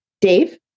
Dave